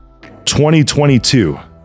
2022